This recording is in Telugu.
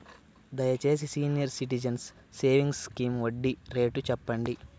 దయచేసి సీనియర్ సిటిజన్స్ సేవింగ్స్ స్కీమ్ వడ్డీ రేటు చెప్పండి